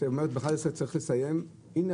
את אומרת שב-11:00 צריך לסיים הנה